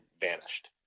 vanished